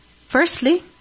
Firstly